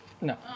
No